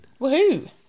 Woohoo